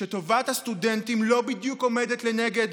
כשטובת הסטודנטים לא בדיוק עומדת לנגד